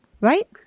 Right